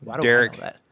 Derek